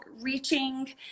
reaching